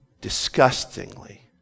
disgustingly